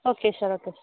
okay sir okay sir